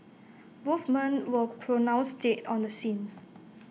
both men were pronounced dead on the scene